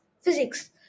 physics